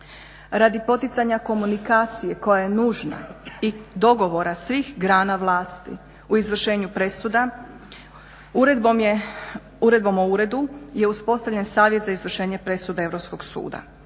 Radi poticanja komunikacije koja je nužna i dogovora svih grana vlasti u izvršenju presuda uredbom je, Uredbom o uredu je uspostavljen Savjet za izvršenje presuda Europskog suda.